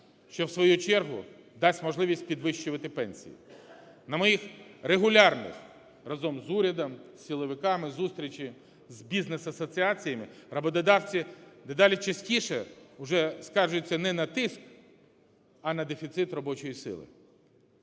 що у свою чергу дасть можливість підвищувати пенсії. На моїх регулярних разом з урядом, з силовиками зустрічах з бізнес-асоціаціями роботодавці дедалі частіше уже скаржаться не на тиск, а на дефіцит робочої сили.